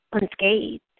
unscathed